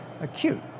acute